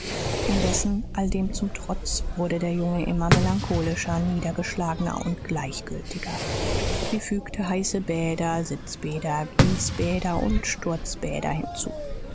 indessen alledem zum trotz wurde der junge immer melancholischer niedergeschlagener und gleichgültiger sie fügte heiße bäder sitzbäder gießbäder und sturzbäder hinzu